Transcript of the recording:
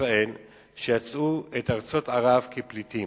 ישראל שיצאו את ארצות ערב כפליטים.